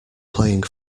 playing